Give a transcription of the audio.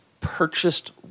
purchased